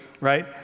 Right